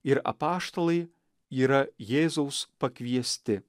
ir apaštalai yra jėzaus pakviesti